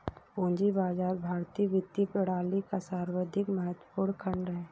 पूंजी बाजार भारतीय वित्तीय प्रणाली का सर्वाधिक महत्वपूर्ण खण्ड है